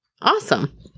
Awesome